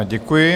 Děkuji.